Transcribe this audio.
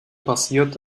passiert